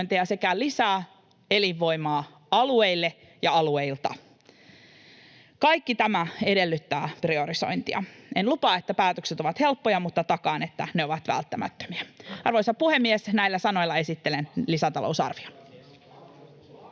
sekä lisää elinvoimaa alueille ja alueilta. Kaikki tämä edellyttää priorisointia. En lupaa, että päätökset ovat helppoja, mutta takaan, että ne ovat välttämättömiä. Arvoisa puhemies! Näillä sanoilla esittelen nyt lisätalousarvion.